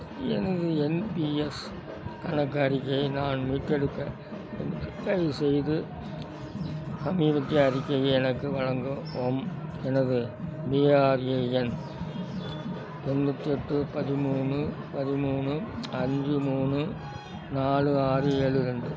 எனது N P S கணக்கு அறிக்கையை நான் மீட்டெடுக்க எனக்கு தயவுசெய்து சமீபத்திய அறிக்கையை எனக்கு வழங்கவும் எனது பிஆர்ஏஎன் எண் தொண்ணூற்றி எட்டு பதிமூணு பதிமூணு அஞ்சு மூணு நாலு ஆறு ஏழு ரெண்டு